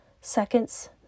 Seconds